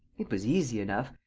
it was easy enough.